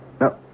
No